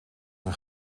een